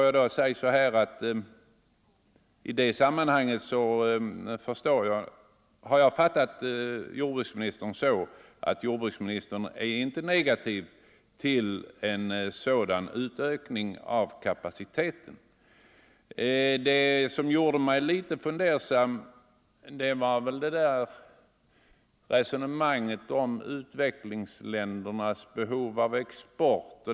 Jag har också fattat jordbruksministern så att han inte är negativ till en sådan utökning av kapaciteten. Det som gjorde mig litet fundersam var resonemanget om utvecklingsländernas behov av export.